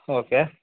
okay